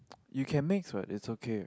you can mix what it's okay